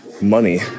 money